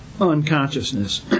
unconsciousness